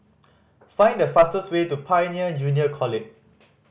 find the fastest way to Pioneer Junior College